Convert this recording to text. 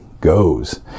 goes